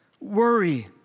worry